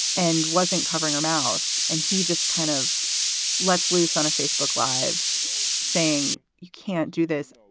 and wasn't covering her mouth. and he just kind of lets loose on a facebook live saying, you can't do this.